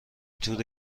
تور